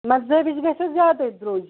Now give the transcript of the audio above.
مگر زٲوِج گژھوٕ زیادٔے درٛوٚجۍ